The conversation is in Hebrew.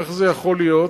איך זה יכול להיות?